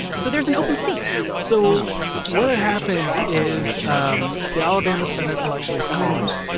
so there's an open seat so what had happened is um the alabama senate election was called.